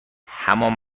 همان